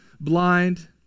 blind